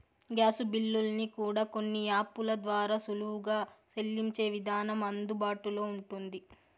gas బిల్లుల్ని కూడా కొన్ని యాపుల ద్వారా సులువుగా సెల్లించే విధానం అందుబాటులో ఉంటుంది